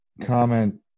comment